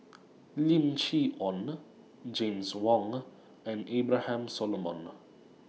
Lim Chee Onn James Wong and Abraham Solomon